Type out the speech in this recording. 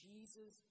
Jesus